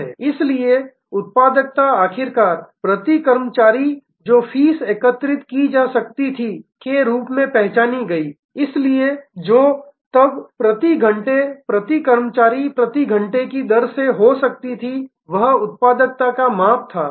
इसलिए उत्पादकता आखिरकार प्रति कर्मचारी जो फीस एकत्र की जा सकती थी के रूप में पहचानी गई इसलिए जो तब प्रति घंटे प्रति कर्मचारी प्रति घंटे की दर से हो सकती थी और वह उत्पादकता का माप था